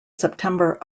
september